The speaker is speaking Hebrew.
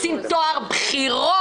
רוצים טוהר בחירות.